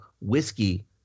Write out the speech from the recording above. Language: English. whiskey